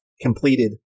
completed